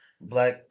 Black